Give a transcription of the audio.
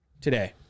today